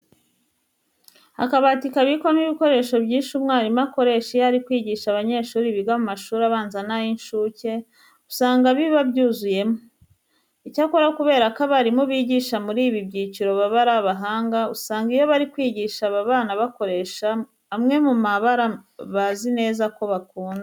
Akabati kabikwamo ibikoresho byinshi umwarimu akoresha iyo ari kwigisha abanyeshuri biga mu mashuri abanza n'ay'incuke, usanga biba byuzuyemo. Icyakora kubera ko abarimu bigisha muri ibi byiciro baba ari abahanga, usanga iyo bari kwigisha aba bana bakoresha amwe mu mabara bazi neza ko bakunda.